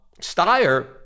Steyer